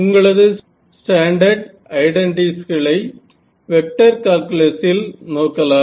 உங்களது ஸ்டாண்டர்ட் ஐடன்டீஸ்களை vector calculus ல் நோக்கலாம்